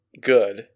good